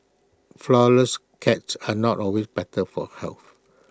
Flourless Cakes are not always better for health